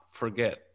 forget